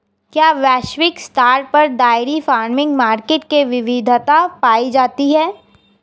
क्या वैश्विक स्तर पर डेयरी फार्मिंग मार्केट में विविधता पाई जाती है?